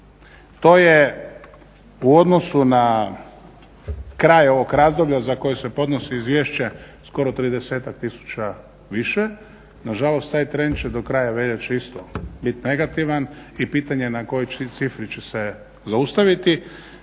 To je u odnosu na kraj ovog razdoblja za koji se podnosi izvješće skoro 30-ak tisuća više. Nažalost taj trend će do kraja veljače isto biti negativan i pitanje je na kojoj cifri će se zaustaviti.